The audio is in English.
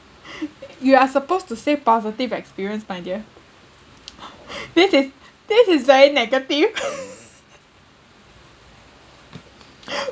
you are supposed to say positive experience my dear this is this is very negative